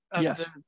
yes